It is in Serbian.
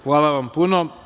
Hvala vam puno.